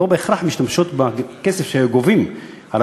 ולא בהכרח משתמשות בכסף שהיו גובים על